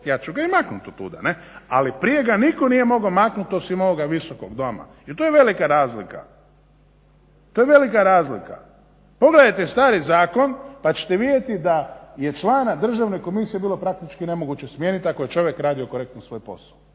ja ću ga i maknuti od tuda ne. Ali prije ga nitko nije mogao maknuti osim ovog Visokog doma i to je velika razlika. Pogledajte stari zakon pa ćete vidjeti da je člana državne komisije praktički nemoguće bilo smijeniti ako je čovjek radio korektno svoj posao